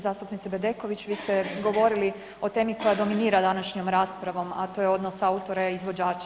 Zastupnice Bedeković, vi ste govorili o temi koja dominira današnjom raspravom, a to je odnos autora i izvođača.